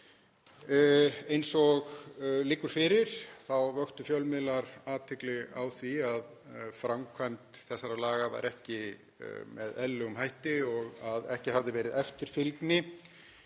Eins og liggur fyrir vöktu fjölmiðlar athygli á því að framkvæmd þessara laga var ekki með eðlilegum hætti og ekki hafði verið eftirfylgni